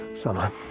summer